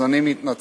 אז אני מתנצל.